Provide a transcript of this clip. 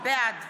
נגד